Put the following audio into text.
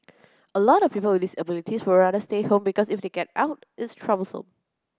a lot of people with disabilities would rather stay home because if they get out it's troublesome